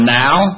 now